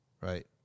right